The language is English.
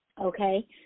okay